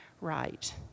right